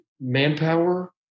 manpower